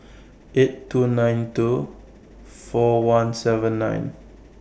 eight two nine two four one seven nine